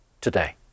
today